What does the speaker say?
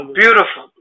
beautiful